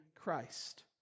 Christ